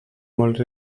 molt